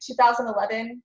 2011